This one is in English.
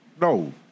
No